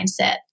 mindset